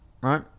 right